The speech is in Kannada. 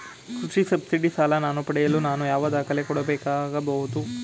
ಕೃಷಿ ಸಬ್ಸಿಡಿ ಸಾಲ ಪಡೆಯಲು ನಾನು ಯಾವ ದಾಖಲೆ ಕೊಡಬೇಕಾಗಬಹುದು?